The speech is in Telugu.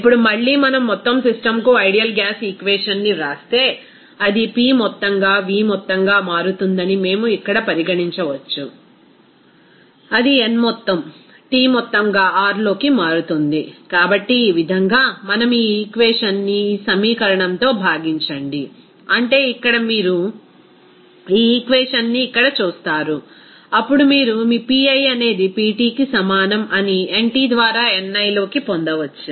ఇప్పుడు మళ్లీ మనం మొత్తం సిస్టమ్కు ఐడియల్ గ్యాస్ ఈక్వేషన్ ని వ్రాస్తే అది P మొత్తంగా V మొత్తంగా మారుతుందని మేము ఇక్కడ పరిగణించవచ్చు అది n మొత్తం T మొత్తంగా R లోకి మారుతుంది కాబట్టి ఈ విధంగా మనం ఈ ఈక్వేషన్ ని ఈ సమీకరణంతో భాగించండి అంటే ఇక్కడ మీరు ఈ ఈక్వేషన్ ని ఇక్కడ చూస్తారు అప్పుడు మీరు మీ Pi అనేది Ptకి సమానం అని nt ద్వారా ni లోకి పొందవచ్చు